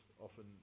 often